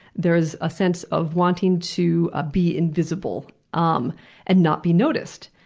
there is a sense of wanting to ah be invisible um and not be noticed,